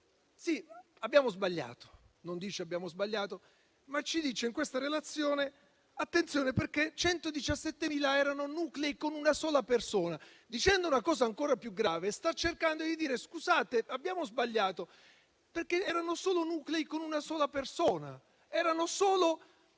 sì, avete sbagliato. Non dice però «abbiamo sbagliato», ma ci dice in questa relazione che erano 117.000 i nuclei con una sola persona. Dicendo una cosa ancora più grave, sta cercando di dire: scusate, abbiamo sbagliato perché erano nuclei con una sola persona. Erano persone